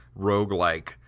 roguelike